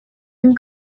and